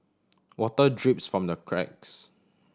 water drips from the cracks